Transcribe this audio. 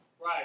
Right